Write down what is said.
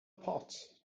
pot